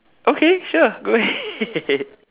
okay sure go ahead